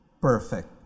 perfect